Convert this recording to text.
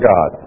God